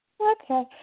Okay